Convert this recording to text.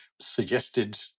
suggested